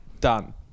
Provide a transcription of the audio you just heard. Done